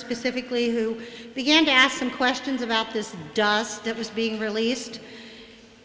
specifically who began to ask him questions about this dust that was being released